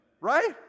Right